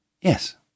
Yes